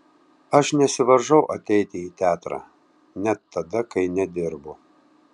aš nesivaržau ateiti į teatrą net tada kai nedirbu